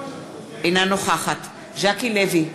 אינה נוכחת ז'קי לוי,